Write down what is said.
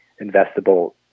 investable